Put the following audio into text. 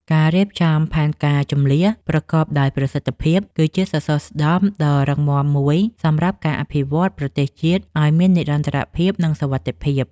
ការរៀបចំផែនការជម្លៀសប្រកបដោយប្រសិទ្ធភាព គឺជាសសរស្តម្ភដ៏រឹងមាំមួយសម្រាប់ការអភិវឌ្ឍប្រទេសជាតិឱ្យមាននិរន្តរភាព និងសុវត្ថិភាព។